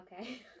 Okay